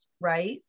right